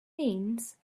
means